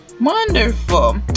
wonderful